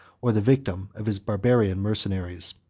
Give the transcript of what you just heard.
or the victim, of his barbarian mercenaries.